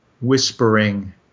Whispering